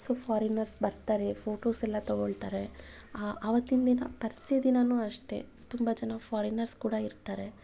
so foreigners ಬರ್ತಾರೆ photos ಎಲ್ಲ ತಗೊಳ್ತಾರೆ ಆವತ್ತಿನ ದಿನ ಪರಿಷೆ ದಿನಾನೂ ಅಷ್ಟೆ ತುಂಬ ಜನ ಫಾರಿನರ್ಸ್ ಕೂಡ ಇರ್ತಾರೆ